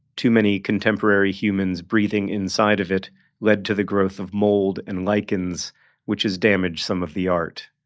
too many contemporary humans breathing inside of it led to the growth of mold and lichens which has damaged some of the art.